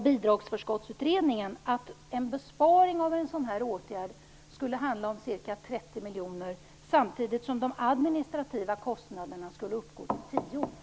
Bidragsförskottsutredningen har pekat på att en besparing av en sådan här åtgärd skulle handla om ca 30 miljoner kronor. Samtidigt skulle de administrativa kostnaderna uppgå till